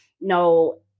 no